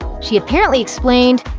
she apparently explained,